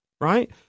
right